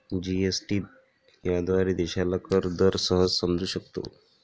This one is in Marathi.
जी.एस.टी याद्वारे देशाला कर दर सहज समजू शकतो